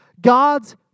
God's